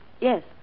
Yes